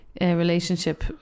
relationship